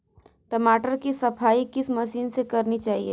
टमाटर की सफाई किस मशीन से करनी चाहिए?